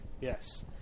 Yes